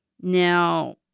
Now